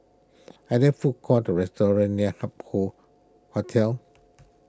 are there food courts or restaurants near Hup Hoe Hotel